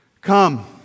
Come